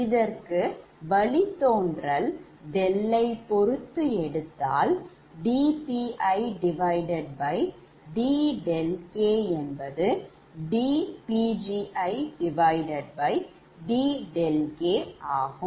இதற்கு வழித்தோன்றல் ɗ ல்லை பொறுத்து எடுத்தால் dPidɗkdPgidɗk ஆகும்